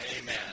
Amen